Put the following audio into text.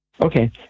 Okay